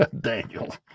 Daniel